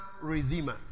redeemer